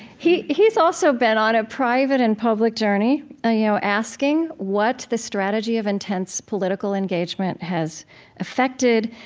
he he's also been on a private and public journey you know asking what's the strategy of intense political engagement has affected,